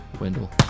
Wendell